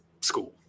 school